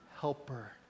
helper